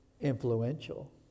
influential